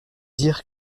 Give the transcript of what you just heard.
dire